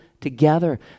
together